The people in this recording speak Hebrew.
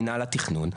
מינהל התכנון,